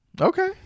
Okay